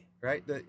right